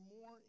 more